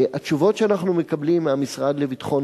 התשובות שאנחנו מקבלים מהמשרד לביטחון